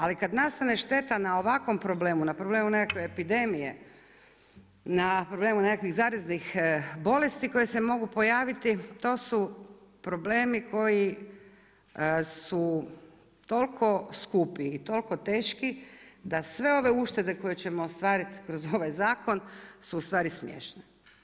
Ali kad nastaje šteta na ovakvom problemu, na problemu nekakve epidemije, na problemi nekakvih zaraznih bolesti koje se mogu pojaviti, to su problemi koji su toliko skupi i toliko teški, da sve ove uštede koje ćemo ostvariti kroz ovaj zakon su ustvari smiješne.